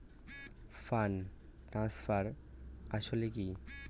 Fund transfer আসলে কী?